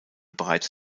bereits